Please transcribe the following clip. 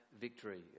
victory